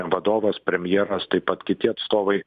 vadovas premjeras taip pat kiti atstovai